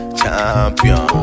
champion